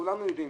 כולנו יודעים